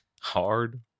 Hard